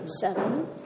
Seven